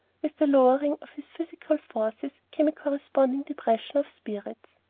with the lowering of his physical forces came a corresponding depression of spirits.